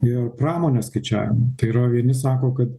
ir pramonės skaičiavimų tai yra vieni sako kad